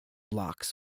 blocks